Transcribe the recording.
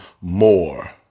more